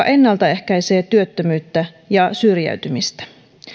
ennaltaehkäisee työttömyyttä ja syrjäytymistä